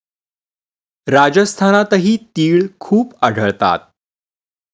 राजस्थानातही तिळ खूप आढळतात